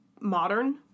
modern